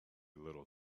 little